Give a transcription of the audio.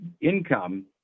income